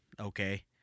Okay